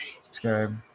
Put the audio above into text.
Subscribe